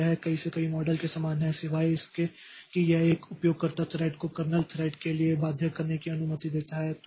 तो यह कई से कई मॉडल के समान है सिवाय इसके कि यह एक उपयोगकर्ता थ्रेड को कर्नेल थ्रेड के लिए बाध्य करने की अनुमति देता है